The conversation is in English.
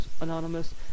Anonymous